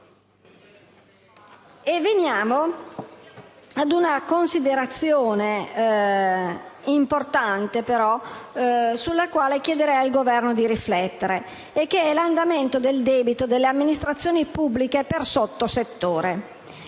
Veniamo a una considerazione importante, sulla quale però chiederei al Governo di riflettere: l'andamento del debito delle amministrazioni pubbliche per sottosettore.